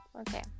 Okay